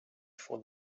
for